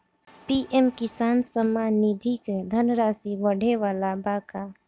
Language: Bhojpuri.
पी.एम किसान सम्मान निधि क धनराशि बढ़े वाला बा का?